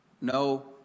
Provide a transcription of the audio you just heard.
No